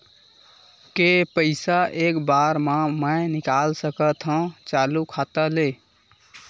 के पईसा एक बार मा मैं निकाल सकथव चालू खाता ले?